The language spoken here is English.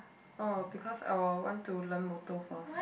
oh because I'll want to learn motor first